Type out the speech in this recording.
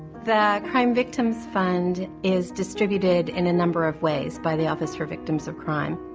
the crime victims fund is distributed in a number of ways by the office for victims of crime.